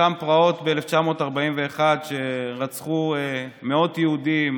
אותן פרעות ב-1941 שבהן רצחו מאות יהודים,